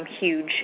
huge